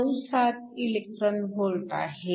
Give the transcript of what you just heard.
97 ev आहे